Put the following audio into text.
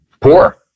poor